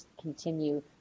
continue